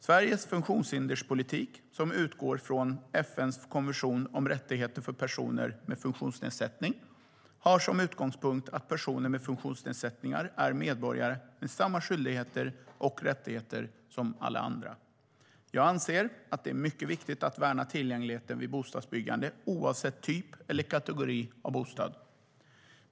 Sveriges funktionshinderspolitik, som utgår från FN:s konvention om rättigheter för personer med funktionsnedsättning, har som utgångspunkt att personer med funktionsnedsättningar är medborgare med samma skyldigheter och rättigheter som alla andra. Jag anser att det är mycket viktigt att värna tillgängligheten vid bostadsbyggande oavsett typ eller kategori av bostad.